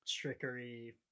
trickery